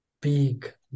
big